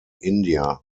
india